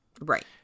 Right